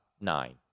nine